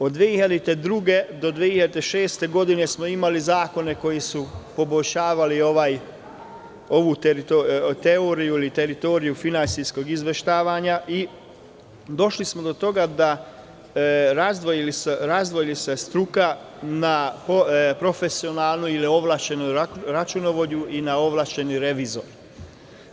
Od 2002. do 2006. godine smo imali zakone koji su poboljšavali ovu teoriju, ili teritoriju finansijskog izveštavanja, i došli smo do toga da smo razdvojili struku na profesionalnog ili ovlašćenog računovođu i na ovlašćenog revizora.